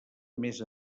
més